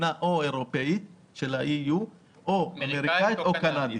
תקינה אירופית או אמריקאית או קנדית.